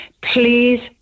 please